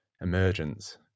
emergence